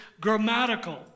grammatical